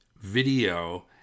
video